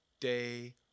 day